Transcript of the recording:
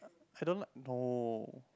I don't like no